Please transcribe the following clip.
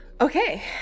Okay